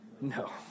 No